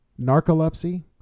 narcolepsy